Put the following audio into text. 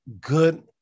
good –